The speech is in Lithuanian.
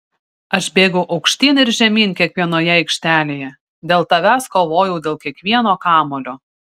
aš bėgau aukštyn ir žemyn kiekvienoje aikštelėje dėl tavęs kovojau dėl kiekvieno kamuolio